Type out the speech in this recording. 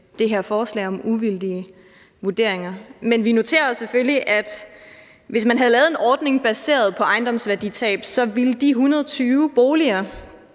det her forslag om uvildige vurderinger. Men vi noterer os selvfølgelig, at hvis man havde lavet en ordning baseret på ejendomsværditab, ville de 120 boliger